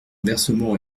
versement